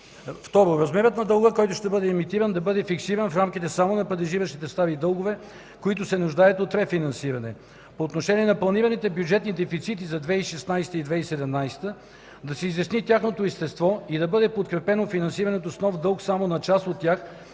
Второ, размерът на дълга, който ще бъде емитиран, да бъде фиксиран в рамките само на падежиращите стари дългове, които се нуждаят от рефинансиране. По отношение на планираните бюджетни дефицити за 2016 г. и 2017 г. да се изясни тяхното естество и да бъде подкрепено финансирането с нов дълг само на част от тях,